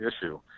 issue